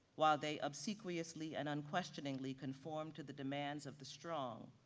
while they obsequiously and unquestioningly conform to the demands of the strong,